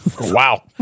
Wow